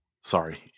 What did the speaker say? Sorry